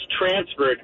transferred